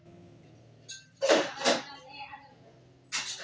बुरशीच्ये रोग ह्ये भाजीपाला बागेच्या मोठ्या नुकसानाक जबाबदार आसत